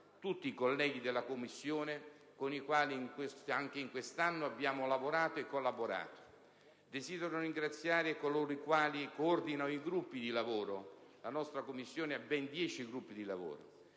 tutti i colleghi della Commissione, con i quali anche quest'anno abbiamo lavorato e collaborato. Desidero ringraziare coloro i quali coordinano i gruppi di lavoro, che nella nostra Commissione sono ben dieci, il